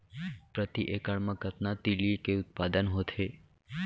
प्रति एकड़ मा कतना तिलि के उत्पादन होथे?